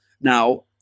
now